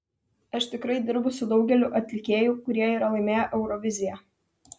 aš tikrai dirbu su daugeliu atlikėjų kurie yra laimėję euroviziją